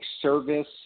service